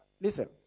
Listen